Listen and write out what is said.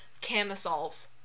Camisoles